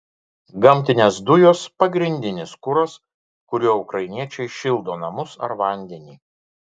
gamtinės dujos pagrindinis kuras kuriuo ukrainiečiai šildo namus ar vandenį